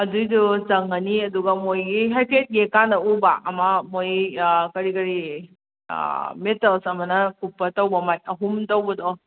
ꯑꯗꯨꯏꯗꯣ ꯆꯪꯉꯅꯤ ꯑꯗꯨꯒ ꯃꯣꯏꯒꯤ ꯍꯥꯏꯐꯦꯠ ꯌꯦꯡꯉꯀꯥꯟꯗ ꯎꯕ ꯑꯃ ꯃꯣꯏ ꯀꯔꯤ ꯀꯔꯤ ꯃꯦꯇꯦꯜꯁ ꯑꯃꯅ ꯀꯨꯞꯄ ꯇꯧꯕ ꯑꯃ ꯑꯍꯨꯝ ꯇꯧꯕꯗꯣ